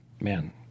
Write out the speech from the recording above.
Man